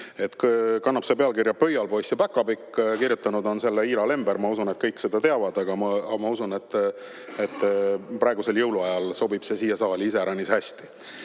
kannab pealkirja "Pöialpoiss ja päkapikk" ja kirjutanud on selle Ira Lember. Ma usun, et kõik seda teavad, aga ma arvan, et praegusel jõuluajal sobib see siia saali iseäranis hästi.